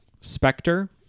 Spectre